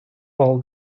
all